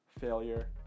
failure